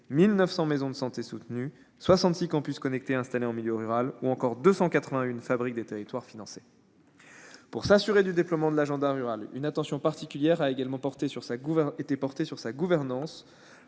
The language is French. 1 900 maisons de santé soutenues, aux 66 campus connectés installés en milieu rural ou encore aux 281 fabriques de territoires financées. Pour s'assurer de son déploiement, une attention particulière a également été portée sur la gouvernance